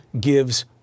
gives